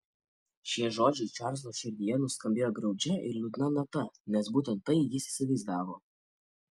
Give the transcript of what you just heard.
šie žodžiai čarlzo širdyje nuskambėjo graudžia ir liūdna nata nes būtent tai jis įsivaizdavo